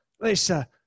Lisa